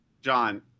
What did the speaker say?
John